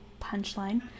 punchline